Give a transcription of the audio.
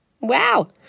Wow